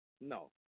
No